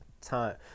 time